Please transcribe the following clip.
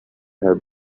have